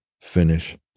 Finish